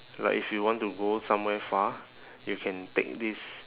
like if you want to go somewhere far you can take this